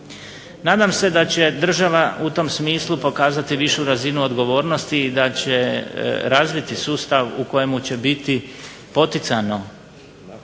Nadam se da će država u tom smislu pokazati višu razinu odgovornosti i da će razviti sustav u kojemu će biti poticano